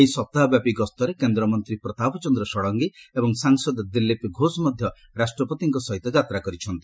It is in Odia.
ଏହି ସପ୍ତାହବ୍ୟାପୀ ଗସ୍ତରେ କେନ୍ଦ୍ରମନ୍ତ୍ରୀ ପ୍ରଚାପ ଚନ୍ଦ୍ର ଷଡ଼ଙ୍ଗୀ ଏବଂ ସାଂସଦ ଦିଲୀପ ଘୋଷ ମଧ୍ୟ ରାଷ୍ଟ୍ରପତିଙ୍କ ସହିତ ଯାତ୍ରା କରିଛନ୍ତି